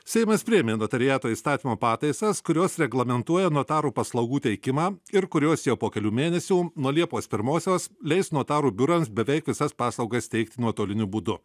seimas priėmė notariato įstatymo pataisas kurios reglamentuoja notarų paslaugų teikimą ir kurios jau po kelių mėnesių nuo liepos pirmosios leis notarų biurams beveik visas paslaugas teikti nuotoliniu būdu